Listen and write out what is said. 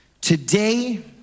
Today